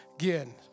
again